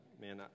man